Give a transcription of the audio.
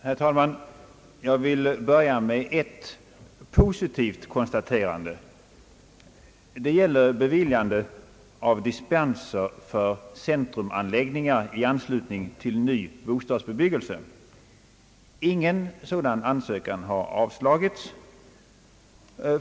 Herr talman! Jag vill börja med ett positivt konstaterande. Det gäller beviljandet av dispenser för centrumanläggningar i anslutning till ny bostadsbebyggelse. Inga sådana ansökningar har avslagits.